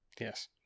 yes